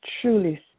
truly